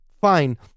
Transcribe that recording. fine